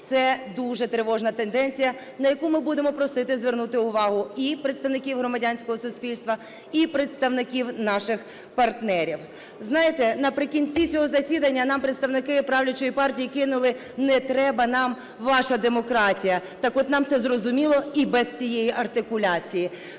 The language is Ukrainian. це дуже тривожна тенденція, на яку ми будемо просити звернути увагу і представників громадянського суспільства, і представників наших партнерів. Знаєте, наприкінці цього засідання нам представники правлячої партії кинули: "не треба нам ваша демократія". Так от, нам це зрозуміло і без цієї артикуляції.